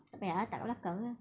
tak payah letak belakang lah